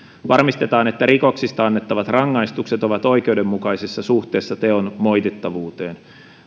varmistetaan että rikoksista annettavat rangaistukset ovat oikeudenmukaisessa suhteessa teon moitittavuuteen